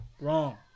Wrong